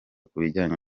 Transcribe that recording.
kubijyanye